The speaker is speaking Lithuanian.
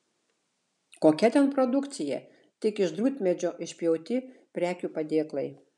kokia ten produkcija tik iš drūtmedžio išpjauti prekių padėklai